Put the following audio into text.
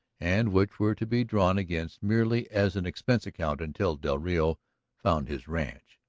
and which were to be drawn against merely as an expense account until del rio found his ranch.